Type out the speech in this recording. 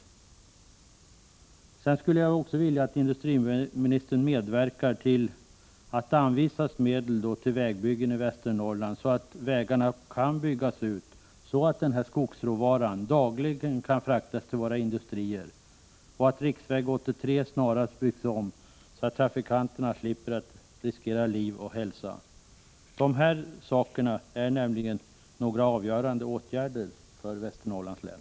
Slutligen skulle jag också vilja att industriministern medverkar till att det anvisas medel till vägbyggen i Västernorrland, så att vägarna kan byggas ut så att skogsråvaran dagligen kan fraktas till våra industrier, och till att riksväg 83 snarast byggs om så att trafikanterna slipper riskera liv och hälsa. De här åtgärderna är nämligen avgörande för Västernorrlands län.